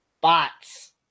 bots